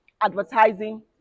advertising